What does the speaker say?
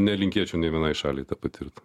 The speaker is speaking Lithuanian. nelinkėčiau nei vienai šaliai tą patirt